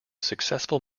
successful